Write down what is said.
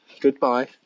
Goodbye